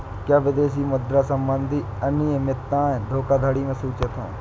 क्या विदेशी मुद्रा संबंधी अनियमितताएं धोखाधड़ी में सूचित हैं?